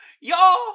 Y'all